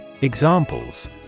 Examples